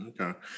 Okay